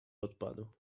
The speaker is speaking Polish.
opadł